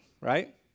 right